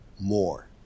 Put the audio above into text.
more